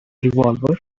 revolver